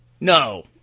No